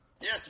Yes